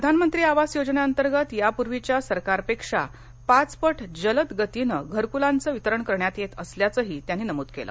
प्रधानमंत्री आवास योजनेअंतर्गत यापूर्वीच्या सरकारपेक्षा पाच पट जलद गतीनं घरकुलांचं वितरण करण्यात येत असल्याचंही त्यांनी नमूद केलं